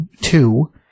two